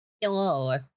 hello